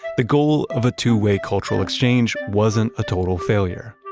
the goal of a two way cultural exchange wasn't a total failure.